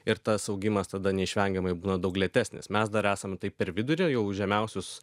ir tas augimas tada neišvengiamai būna daug lėtesnis mes dar esame taip per vidurį jau žemiausius